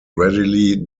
readily